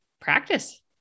practice